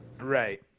right